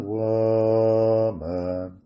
woman